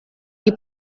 die